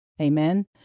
Amen